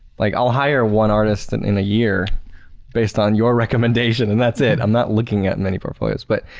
like i'll hire one artist and in a year based on your recommendation and that's it, i'm not looking at in many portfolios. but